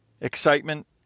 Excitement